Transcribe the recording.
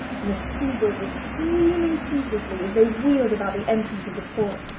the seagulls were screaming ceaselessly as they wheeled about the entrance of the port.